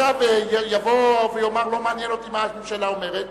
יבוא ויאמר: לא מעניין אותי מה הממשלה אומרת,